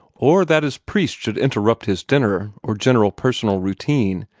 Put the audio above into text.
or that his priest should interrupt his dinner or general personal routine,